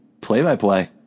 play-by-play